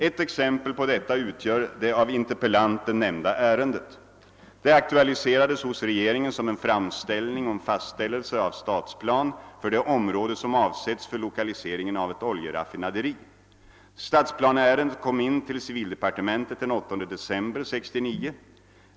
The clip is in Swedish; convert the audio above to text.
Ett exempel på detta utgör det av interpellanten nämnda ärendet. Det aktualiserades hos regeringen som en framställning om fastställelse av stadsplan för det område som avsetts för lokaliseringen av ett oljeraffinaderi. Stadsplaneärendet kom in till civildepartementet den 8 december 1969.